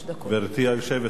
גברתי היושבת-ראש,